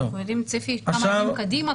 אנחנו יודעים צפי כמה ימים קדימה,